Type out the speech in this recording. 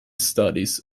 studies